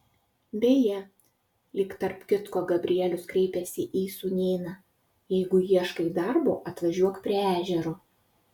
beje lyg tarp kitko gabrielius kreipėsi į sūnėną jeigu ieškai darbo atvažiuok prie ežero